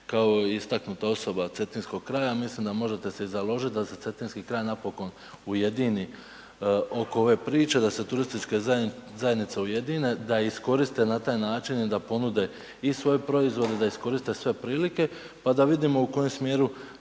kao istaknuta osoba Cetinskog kraja mislim da možete se i založit da se Cetinski kraj napokon ujedini oko ove priče da se turističke zajednice ujedine da iskoriste na taj način i da ponude i svoje proizvode, da iskoriste sve prilike pa da vidimo u kojem smjeru